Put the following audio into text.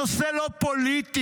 הנושא לא פוליטי.